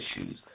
issues